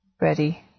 Ready